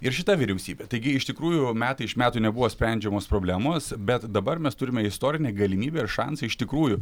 ir šita vyriausybė taigi iš tikrųjų metai iš metų nebuvo sprendžiamos problemos bet dabar mes turime istorinę galimybę ir šansą iš tikrųjų